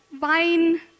wine